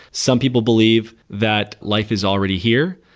some people believe that life is already here,